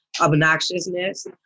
obnoxiousness